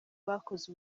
bakoze